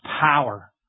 power